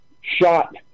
shot